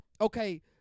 okay